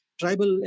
tribal